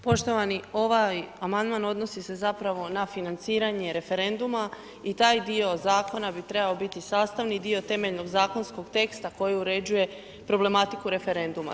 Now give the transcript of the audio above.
Poštovani, ovaj amandman odnosi se zapravo na financiranje referenduma i taj dio zakona bi trebao biti sastavni dio zakonskog teksta koji uređuje problematiku referenduma.